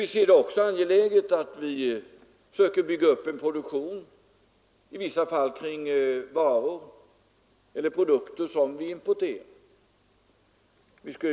Vi ser det också som angeläget att i vissa fall söka bygga upp en produktion kring varor eller produkter som vi importerar.